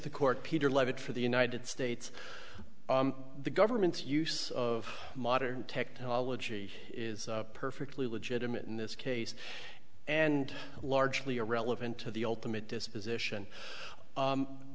the court peter levitt for the united states the government's use of modern technology is perfectly legitimate in this case and largely irrelevant to the ultimate disposition